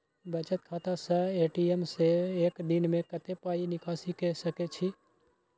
बचत खाता स ए.टी.एम से एक दिन में कत्ते पाई निकासी के सके छि?